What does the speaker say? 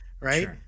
right